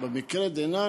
אבל במקרה דנן,